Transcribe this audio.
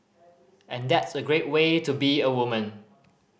and that's a great way to be a woman